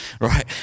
right